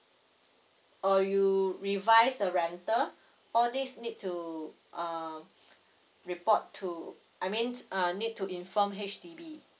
or you revise the rental all these need to uh report to I mean uh need to inform H_D_B